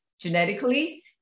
genetically